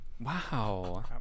Wow